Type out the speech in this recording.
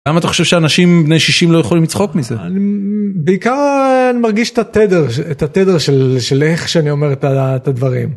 למה אתה חושב שאנשים בני 60 לא יכולים לצחוק מזה? בעיקר אני מרגיש את התדר את התדר של איך שאני אומר את הדברים.